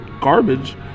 garbage